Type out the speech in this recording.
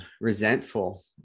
resentful